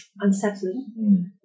unsettling